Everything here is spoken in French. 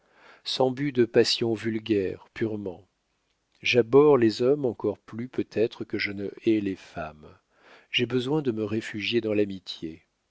sans but de passion vulgaire purement j'abhorre les hommes encore plus peut-être que je ne hais les femmes j'ai besoin de me réfugier dans l'amitié